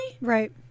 right